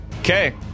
Okay